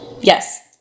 Yes